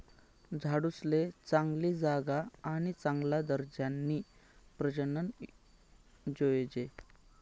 झाडूसले चांगली जागा आणि चांगला दर्जानी प्रजनन जोयजे